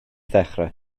ddechrau